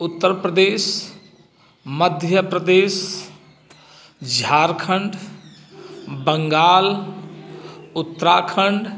Uttar Pradesh Madhya Pradesh Jharkhand Bengal Uttarakhand